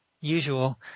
usual